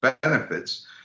benefits